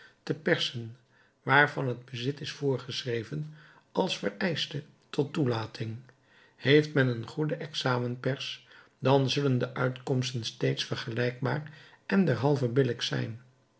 te persen waarvan het bezit is voorgeschreven als vereischte tot toelating heeft men een goede examen pers dan zullen de uitkomsten steeds vergelijkbaar en derhalve billijk zijn